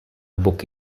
book